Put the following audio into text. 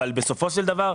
אבל בסופו של דבר,